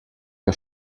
que